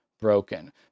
broken